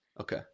Okay